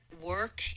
work